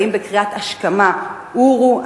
באים בקריאת השכמה: עורו,